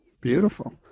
Beautiful